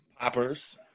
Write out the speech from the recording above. poppers